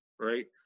right